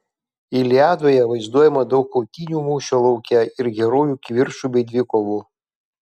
iliadoje vaizduojama daug kautynių mūšio lauke ir herojų kivirčų bei dvikovų